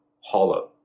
hollow